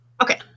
Okay